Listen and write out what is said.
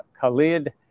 Khalid